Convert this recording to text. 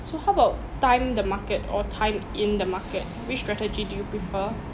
so how about time the market or time in the market which strategy do you prefer